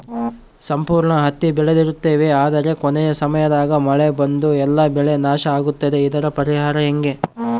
ಸಂಪೂರ್ಣ ಹತ್ತಿ ಬೆಳೆದಿರುತ್ತೇವೆ ಆದರೆ ಕೊನೆಯ ಸಮಯದಾಗ ಮಳೆ ಬಂದು ಎಲ್ಲಾ ಬೆಳೆ ನಾಶ ಆಗುತ್ತದೆ ಇದರ ಪರಿಹಾರ ಹೆಂಗೆ?